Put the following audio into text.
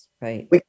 right